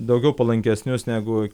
daugiau palankesnius negu